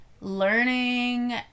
learning